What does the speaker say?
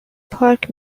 پارک